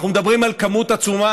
אנחנו מדברים על מספר עצום,